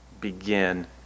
begin